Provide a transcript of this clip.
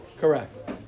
Correct